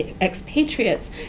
expatriates